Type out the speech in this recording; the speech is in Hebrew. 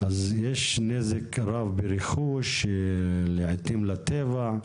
יש נזק רב לרכוש, לעתים לטבע,